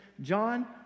John